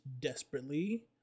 desperately